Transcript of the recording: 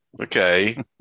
Okay